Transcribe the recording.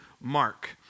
Mark